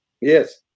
Yes